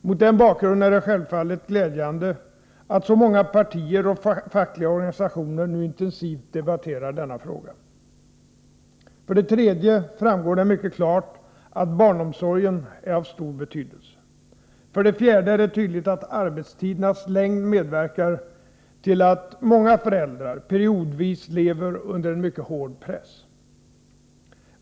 Mot den bakgrunden är det självfallet glädjande att så många politiska partier och fackliga organisationer nu intensivt debatterar denna fråga. För det tredje framgår det mycket klart att barnomsorgen är av stor betydelse. För det fjärde är det tydligt att arbetstidernas längd medverkar till att många föräldrar periodvis lever under en mycket hård press.